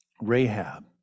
Rahab